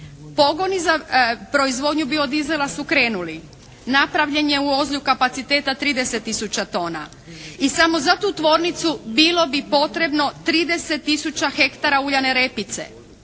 Pogoni za proizvodnju biodizela su krenuli, napravljen je u Ozlju kapaciteta 30 tisuća tona i samo za tu tvornicu bilo bi potrebno 30 tisuća hektara uljane repice.